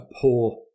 poor